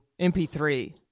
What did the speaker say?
mp3